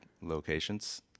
locations